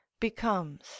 Becomes